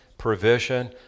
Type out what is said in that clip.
provision